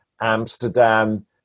Amsterdam